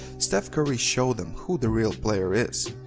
steph curry showed them who the real player is.